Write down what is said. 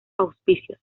auspicios